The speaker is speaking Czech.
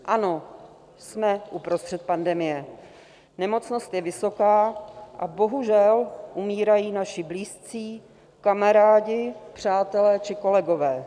Ano, jsme uprostřed pandemie, nemocnost je vysoká a bohužel umírají naši blízcí, kamarádi, přátelé či kolegové.